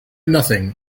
nothing